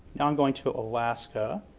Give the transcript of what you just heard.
now, i'm going to alaska